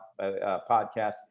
podcast